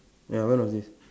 ya when was this